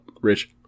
Rich